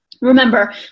Remember